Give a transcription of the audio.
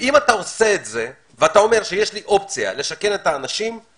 אם אתה עושה את זה ואומר שיש לי אופציה לשכן את האנשים,